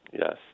yes